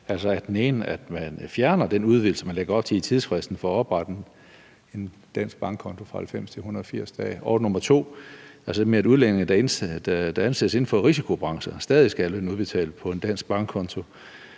er, at man fjerner den udvidelse, man lægger op til i tidsfristen for at oprette en dansk bankkonto fra 90 til 180 dage. Og det andet er, at udlændinge, der ansættes inden for risikobrancher stadig skal have lønnen udbetalt på en dansk bankkonto